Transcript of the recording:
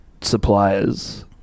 suppliers